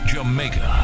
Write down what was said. Jamaica